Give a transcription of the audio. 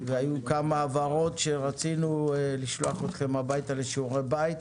והיו כמה הבהרות שרצינו לשלוח אתכם הביתה לשיעורי בית.